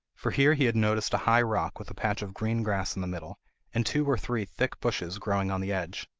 for here he had noticed a high rock, with a patch of green grass in the middle and two or three thick bushes growing on the edge.